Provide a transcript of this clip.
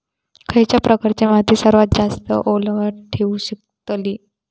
खयच्या प्रकारची माती सर्वात जास्त ओलावा ठेवू शकतली?